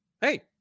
hey